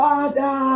Father